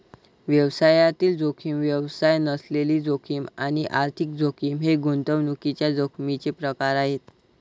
व्यवसायातील जोखीम, व्यवसाय नसलेली जोखीम आणि आर्थिक जोखीम हे गुंतवणुकीच्या जोखमीचे प्रकार आहेत